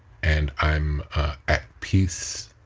and i'm at peace.